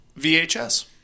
VHS